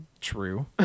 true